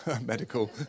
medical